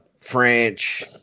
French